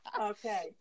Okay